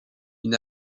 une